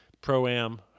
pro-am